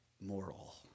moral